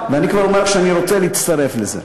ואני כבר אומר לך שאני רוצה להצטרף לזה.